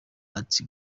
art